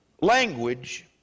Language